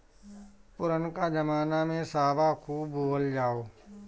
पुरनका जमाना में सावा खूब बोअल जाओ